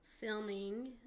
filming